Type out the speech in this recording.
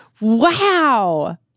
Wow